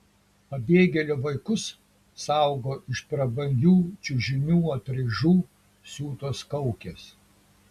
pabėgėlių vaikus saugo iš prabangių čiužinių atraižų siūtos kaukės